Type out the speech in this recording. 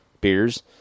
beers